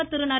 பிரதமர் திரு